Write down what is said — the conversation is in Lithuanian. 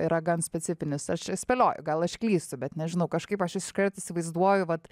yra gan specifinis aš spėlioju gal aš klystu bet nežinau kažkaip aš iškart įsivaizduoju vat